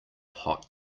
hot